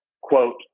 quote